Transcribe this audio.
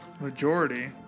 Majority